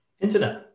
Internet